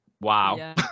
wow